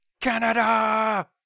Canada